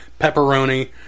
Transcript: pepperoni